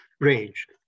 range